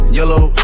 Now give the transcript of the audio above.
yellow